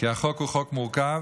כי החוק הוא חוק מורכב,